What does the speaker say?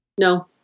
no